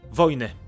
wojny